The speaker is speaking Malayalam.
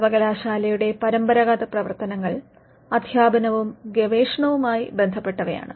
സർവകലാശാലയുടെ പരമ്പരാഗത പ്രവർത്തനങ്ങൾ അധ്യാപനവും ഗവേഷണവും ആയി ബന്ധപ്പെട്ടവയാണ്